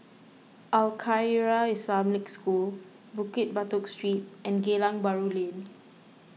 Al Khairiah Islamic School Bukit Batok Street and Geylang Bahru Lane